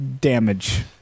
damage